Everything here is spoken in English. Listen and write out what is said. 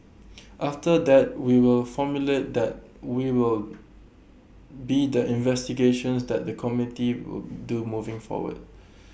after that we will formulate that we will be the investigations that the committee will do moving forward